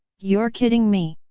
you're kidding me!